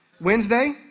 Wednesday